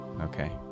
Okay